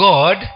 God